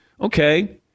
Okay